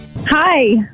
Hi